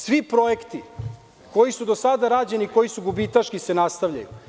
Svi projekti koji su do sada rađeni koji su gubitaški se nastavljaju.